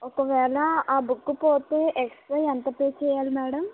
ఒకవేళ ఆ బుక్ పోతే ఎక్స్ట్రా ఎంత పే చెయ్యాలి మేడం